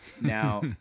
Now